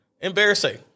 embarrassing